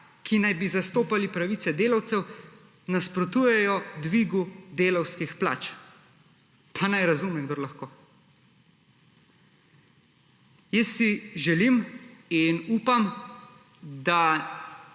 ki naj bi zastopali pravice delavcev, nasprotujejo dvigu delavskih plač. Pa naj razume, kdor lahko! Jaz si želim in upam, da